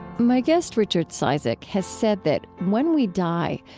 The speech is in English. my guest, richard cizik, has said that when we die,